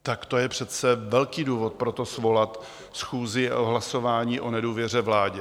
Tak to je přece velký důvod pro to, svolat schůzi o hlasování o nedůvěře vládě.